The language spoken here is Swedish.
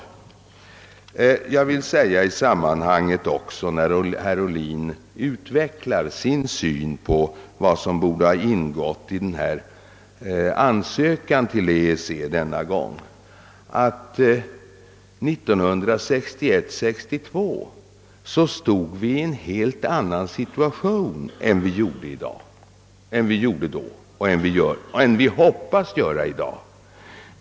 Jag vill med anledning av att herr Ohlin utvecklade sin syn på vad som borde ha ingått i ansökan till EEC denna gång säga, att 1961—1962 stod vi i en annan situation än vi hoppas göra i dag.